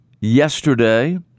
yesterday